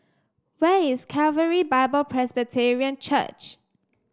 where is Calvary Bible Presbyterian Church